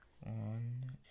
One